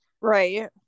Right